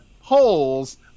holes